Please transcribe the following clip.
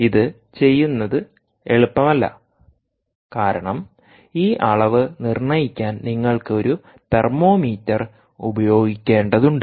ഇത് ചെയ്യുന്നത് എളുപ്പമല്ല കാരണം ഈ അളവ് നിർണ്ണയിക്കാൻ നിങ്ങൾക്ക് ഒരു തെർമോമീറ്റർ ഉപയോഗിക്കേണ്ടതുണ്ട്